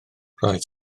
roedd